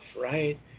right